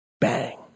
Bang